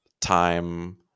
time